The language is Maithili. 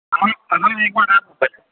अहाँ पहले एक बार आबु तऽ